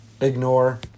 ignore